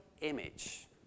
image